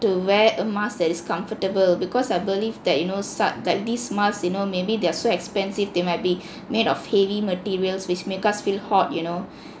to wear a mask that is comfortable because I believe that you know such like these masks you know maybe they're so expensive they might be made of heavy materials which make us feel hot you know